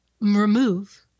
remove